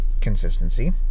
consistency